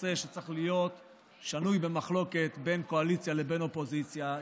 נושא שצריך להיות שנוי במחלוקת בין קואליציה לאופוזיציה.